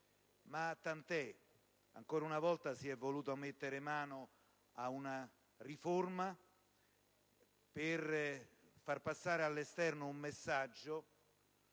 Ma tant'è: ancora una volta si è voluto mettere mano ad una riforma per far passare all'esterno un messaggio